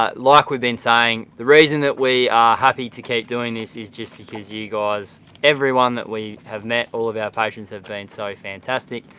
ah like we've been saying, the reason that we are happy to keep doing this is just because yeah because everyone that we have met, all of our patrons have been so fantastic.